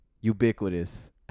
ubiquitous